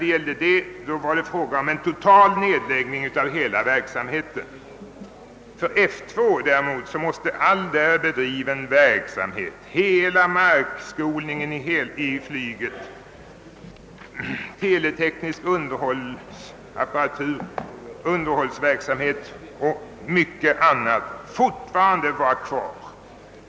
Beträffande det senare var det fråga om en total nedläggning av hela verksamheten; för F2 däremot måste all där bedriven verksamhet — hela markskolningen i flyget, hela underhållsapparaturen, underhållsverksamheten etc. — vara kvar.